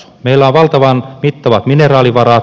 meillä on valtavan mittavat mineraalivarat